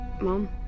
Mom